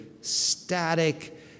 static